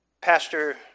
Pastor